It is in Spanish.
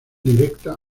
directa